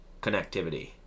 connectivity